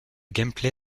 gameplay